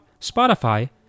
Spotify